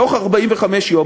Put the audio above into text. בתוך 45 יום,